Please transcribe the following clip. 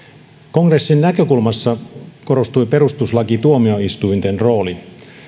kongressin näkökulmassa korostui perustuslakituomioistuinten rooli